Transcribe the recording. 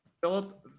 Philip